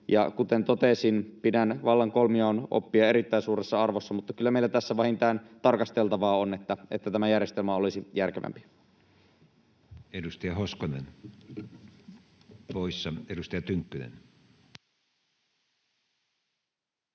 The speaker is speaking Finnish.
Kuten totesin, pidän vallan kolmijaon oppia erittäin suuressa arvossa, mutta kyllä meillä tässä vähintään tarkasteltavaa on, että tämä järjestelmä olisi järkevämpi. [Speech 65] Speaker: Matti Vanhanen